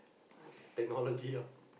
technology ah